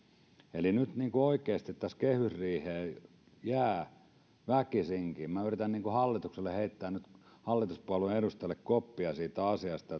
eli nyt oikeasti tässä kehysriiheen jää väkisinkin minä yritän hallitukselle hallituspuolueen edustajille heittää nyt koppia siitä asiasta